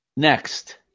Next